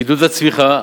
עידוד הצמיחה